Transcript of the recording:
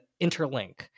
interlink